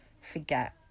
forget